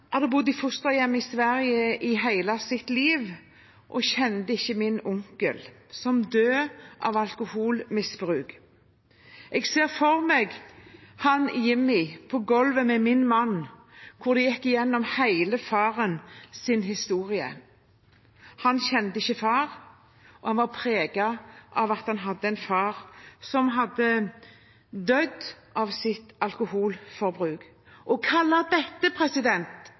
ser for meg Jimmy på golvet sammen med min mann da de gikk gjennom hele farens historie. Han kjente ikke faren og var preget av at han hadde en far som hadde dødd av sitt alkoholforbruk. Å kalle dette